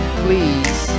please